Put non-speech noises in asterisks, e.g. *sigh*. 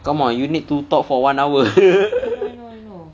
come on you need to talk for one hour *laughs*